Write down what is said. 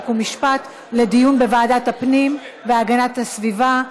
חוק ומשפט לדיון בוועדת הפנים והגנת הסביבה.